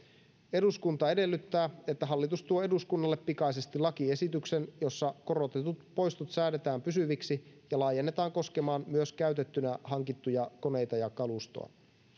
eduskunta edellyttää että hallitus tuo eduskunnalle pikaisesti lakiesityksen jossa korotetut poistot säädetään pysyviksi ja laajennetaan koskemaan myös käytettynä hankittuja koneita ja kalustoa